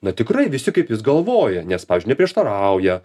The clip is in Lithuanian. na tikrai visi kaip jis galvoja nes pavyzdžiui neprieštarauja